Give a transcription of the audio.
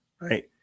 right